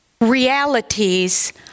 realities